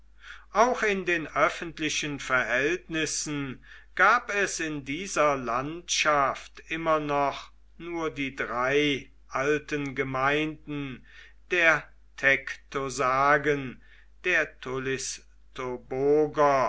auch in den öffentlichen verhältnissen gab es in dieser landschaft immer noch nur die drei alten gemeinden der tektosagen der